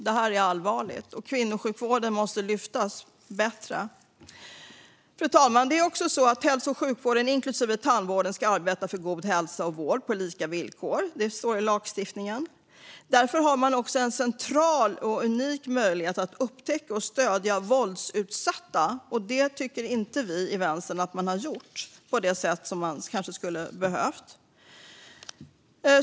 Detta är allvarligt, och kvinnosjukvården måste uppmärksammas bättre. Fru talman! Hälso och sjukvården, inklusive tandvården, ska arbeta för god hälsa och vård på lika villkor. Det står i lagstiftningen. Därför har man också en central och unik möjlighet att upptäcka och stödja våldsutsatta, men vi i Vänstern tycker inte att man har gjort detta på det sätt som skulle ha behövts.